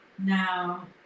Now